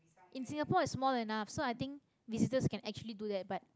in singapore is small enough so i think visitors can actually do that but